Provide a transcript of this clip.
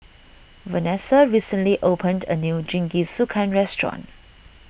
Vanesa recently opened a new Jingisukan restaurant